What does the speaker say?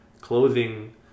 clothing